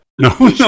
No